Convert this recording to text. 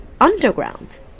underground